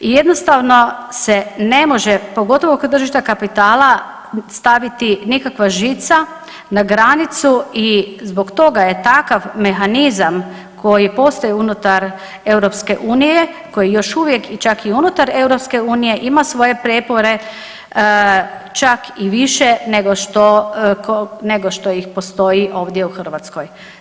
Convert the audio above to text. I jednostavno se ne može, pogotovo kod tržišta kapitala staviti nikakva žica na granicu i zbog toga je takav mehanizam koji postoji unutar EU koji još uvijek čak i unutar EU ima svoje prijepore čak i više nego što, nego što ih postoji ovdje u Hrvatskoj.